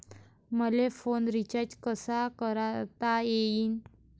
मले phone recharge कसा करता येईन?